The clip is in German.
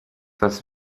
das